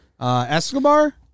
Escobar